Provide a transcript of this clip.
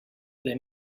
they